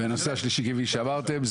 כפי שאמרתם,